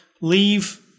leave